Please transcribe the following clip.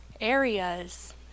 areas